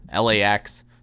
LAX